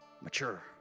mature